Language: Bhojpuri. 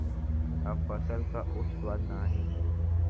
अब फसल क उ स्वाद नाही हौ